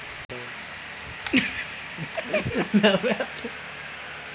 నేను నా పంట యాప్ లో రోజు ఖర్చు ఎలా తెల్సుకోవచ్చు?